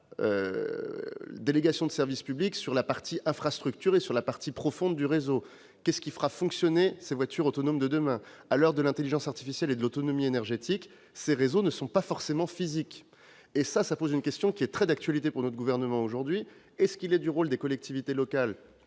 délégation de service public pour l'infrastructure et la partie profonde du réseau. Qu'est-ce qui fera fonctionner les voitures autonomes de demain ? À l'heure de l'intelligence artificielle et de l'autonomie énergétique, ces réseaux ne sont pas forcément physiques. Cela pose une question très actuelle pour le Gouvernement : est-il du rôle des collectivités locales